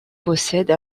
possède